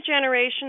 generation